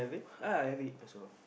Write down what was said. uh I have it also